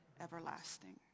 everlasting